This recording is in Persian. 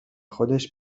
خودش